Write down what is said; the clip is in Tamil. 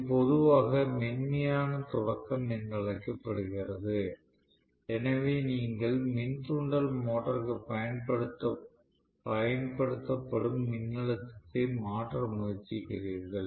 இது பொதுவாக மென்மையான தொடக்கம் என்று அழைக்கப்படுகிறது எனவே நீங்கள் மின் தூண்டல் மோட்டருக்கு பயன்படுத்தப்படும் மின்னழுத்தத்தை மாற்ற முயற்சிக்கிறீர்கள்